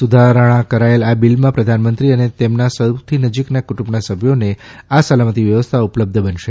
સુધારણા કરાયેલ આ બિલમાં પ્રધાનમંત્રી અને તેમના સૌથી નજીકના કુટુંબના સભ્યોને આ સલામતી વ્યવસ્થા ઉપલબ્ધ બનશે